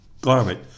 garment